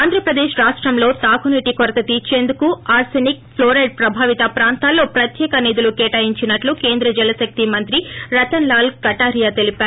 ఆంధ్రప్రదేశ్ రాష్టంలో తాగు నీటి కొరత తీర్చేందుకు ఆర్సెనిక్ ప్లోరైడ్ ప్రభావిత ప్రాంతాల్లో ప్రత్నేక నిధులు కేటాయించినట్టు కేంద్ర జల శక్తి మంత్రి రతన్ లాల్ కటారియా తెలిపారు